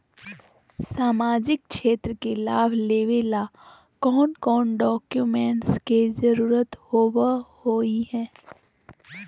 सामाजिक क्षेत्र के लाभ लेबे ला कौन कौन डाक्यूमेंट्स के जरुरत होबो होई?